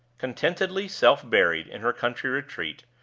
contentedly self-buried in her country retreat,